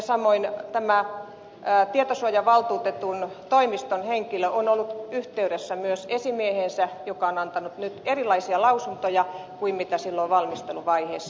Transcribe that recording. samoin tämä tietosuojavaltuutetun toimiston henkilö on ollut yhteydessä myös esimieheensä joka on antanut nyt erilaisia lausuntoja kuin silloin valmisteluvaiheessa